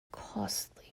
costly